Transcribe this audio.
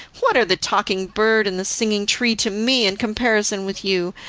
what are the talking bird and the singing tree to me in comparison with you,